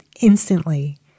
instantly